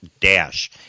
dash